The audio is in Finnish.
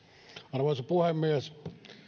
arvoisa puhemies